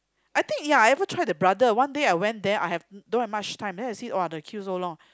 I think ya I ever try the brother one day I went there I have don't have much time then I see !wah! the queue so long